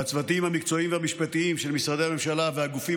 והצוותים המקצועיים והמשפטיים של משרדי הממשלה והגופים